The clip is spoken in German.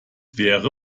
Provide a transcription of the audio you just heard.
wäre